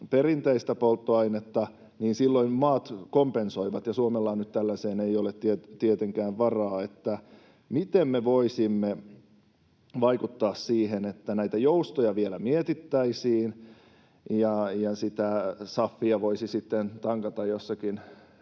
perinteistä polttoainetta. Silloin maat kompensoivat, ja Suomella nyt ei ole tietenkään varaa tällaiseen. Miten me voisimme vaikuttaa siihen, että näitä joustoja vielä mietittäisiin ja sitä SAFia voisi sitten tankata